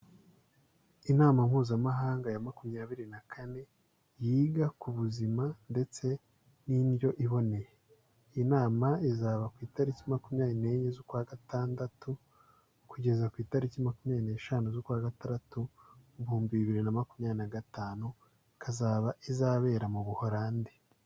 Inama Mpuzamahanga ya makumyabiri na kane, yiga ku buzima ndetse n'indyo iboneye. Iyi nama izaba ku itariki makumyabiri n'enye z'ukwa gatandatu, kugeza ku itariki makumyabiri n'eshanu z'ukwa gatandatu, ibihumbi bibiri na makumyabiri na gatanu, ikazaba izabera mu Buhorandi.